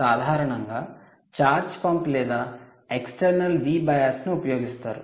సాధారణంగా charge pump లేదా external Vbias ను ఉపయోగిస్తారు